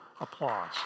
applause